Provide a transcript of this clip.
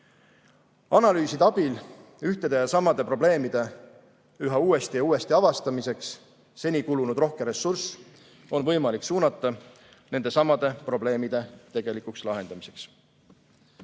Analüüside abil ühtede ja samade probleemide üha uuesti ja uuesti avastamiseks seni kulunud rohke ressurss on võimalik suunata nendesamade probleemide tegelikuks lahendamiseks. Head